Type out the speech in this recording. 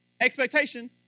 expectation